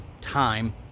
time